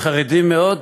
חרדים מאוד,